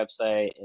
Website